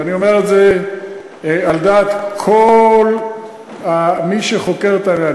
ואני אומר את זה על דעת כל מי שחוקר את העניין,